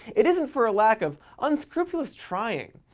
it isn't for a lack of unscrupulous trying.